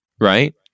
right